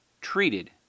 Treated